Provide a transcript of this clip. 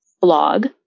blog